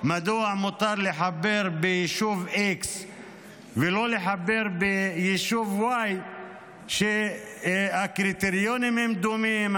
מדוע מותר לחבר ביישוב x ולא לחבר ביישוב y כשהקריטריונים הם דומים,